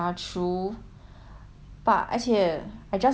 but 而且 I just got my F_Y_P project right